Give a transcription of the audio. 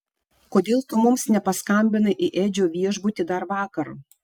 kodėl tu mums nepaskambinai į edžio viešbutį dar vakar